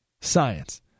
science